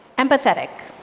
empathetic